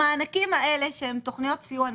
המענקים האלה, שהם תוכניות סיוע נוספות,